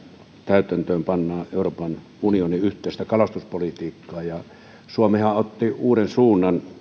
täytäntöönpannaan euroopan unionin yhteistä kalastuspolitiikkaa suomihan otti uuden suunnan